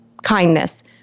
kindness